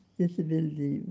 disability